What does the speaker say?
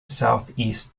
southeast